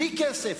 בלי כסף,